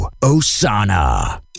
Osana